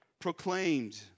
proclaimed